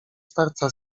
starca